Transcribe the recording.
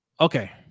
Okay